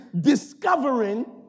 discovering